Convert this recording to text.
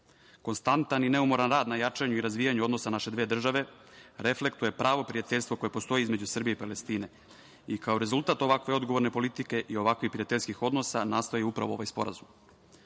oblastima. Konstantan i neumoran rad na jačanju i razvijanju odnosa naše dve države, reflektuje pravo prijateljstvo koje postoji između Srbije i Palestine i kao rezultat ovakve odgovorne politike i ovakvih prijateljskih odnosa nastao je upravo ovaj sporazum. Sporazum